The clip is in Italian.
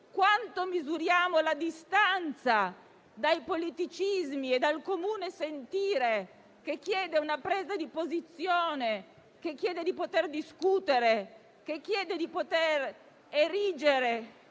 Quanto misuriamo la distanza dai politicismi e dal comune sentire che chiede una presa di posizione, di poter discutere e di poter erigere